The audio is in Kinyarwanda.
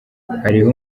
hariho